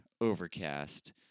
Overcast